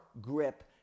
grip